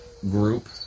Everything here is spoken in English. group